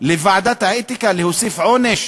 לוועדת האתיקה להוסיף עונש